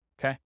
Okay